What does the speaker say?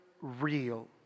real